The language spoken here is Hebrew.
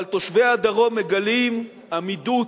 אבל תושבי הדרום מגלים בימים האחרונים עמידות,